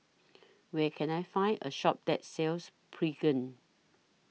Where Can I Find A Shop that sells Pregain